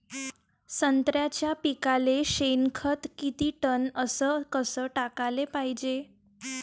संत्र्याच्या पिकाले शेनखत किती टन अस कस टाकाले पायजे?